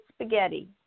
spaghetti